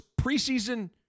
preseason